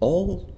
all